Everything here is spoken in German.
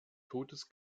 totes